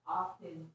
often